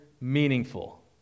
meaningful